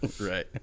Right